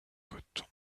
coton